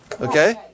Okay